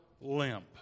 limp